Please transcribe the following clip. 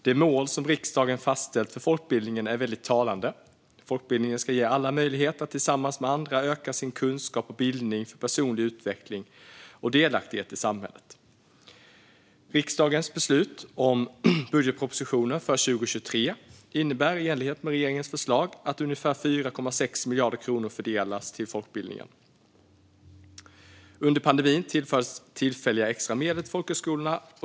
Det mål som riksdagen har fastställt för folkbildningen är väldigt talande: Folkbildningen ska ge alla möjlighet att tillsammans med andra öka sin kunskap och bildning för personlig utveckling och delaktighet i samhället. Riksdagens beslut om budgetpropositionen för 2023 innebär i enlighet med regeringens förslag att ungefär 4,6 miljarder kronor fördelas till folkbildningen. Under pandemin tillfördes tillfälliga extramedel till folkhögskolorna.